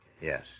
Yes